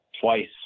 twice